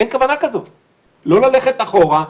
אין כוונה ללכת אחורה.